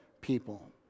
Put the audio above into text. people